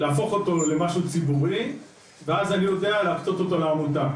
להפוך אותו למשהו ציבורי ואז אני יודע להקצות אותו לעמותה.